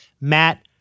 Matt